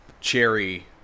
Cherry